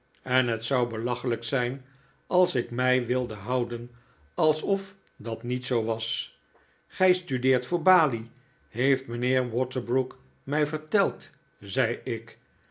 en het zou belachelijk zijn als ik mij wilde houden alsof dat niet zoo was gij studeert voor de balie heeft mijnheer waterbrook mij verteld zei ik